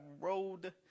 road